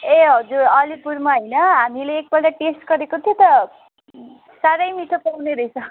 ए हजुर अलिपुरमा होइन हामीले एकपल्ट टेस्ट गरेको थियौँ त साह्रै मिठो पाउने रहेछ